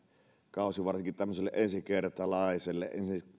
kausi varsinkin tämmöiselle ensikertalaiselle